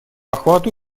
охвату